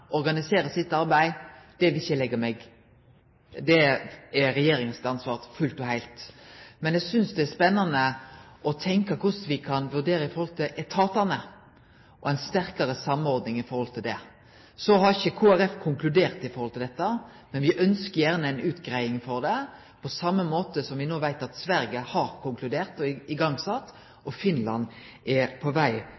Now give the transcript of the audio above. sitt arbeid, er fullt og heilt regjeringa sitt ansvar. Men eg synest det er spennande å tenkje korleis me kan vurdere det i forhold til etatane og ei sterkare samordning. Kristeleg Folkeparti har ikkje konkludert her, men me ønskjer gjerne ei utgreiing om det. På same måten veit me at Sverige no har konkludert og